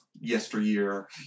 yesteryear